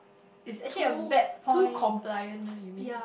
is too too compliant ah you mean